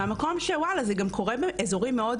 מהמקום שוואלה זה גם קורה באזורים מאוד,